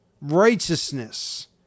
Righteousness